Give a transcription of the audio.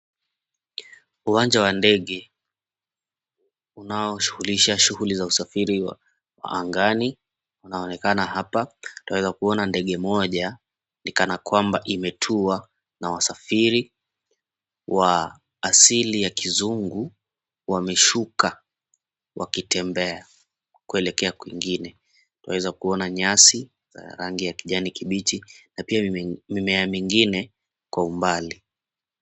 Uwanja wa ndege unaoshughulisha shughuli za usafiri wa angani unaonekana hapa. Twaweza kuona ndege moja ni kana kwamba imetua na wasafiri wa asili ya kizungu wameshuka wakitembea kuelekea kwingine. Twaweza kuona nyasi rangi ya kijani kibichi na pia mimea mingine kwa umbali.